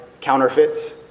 counterfeits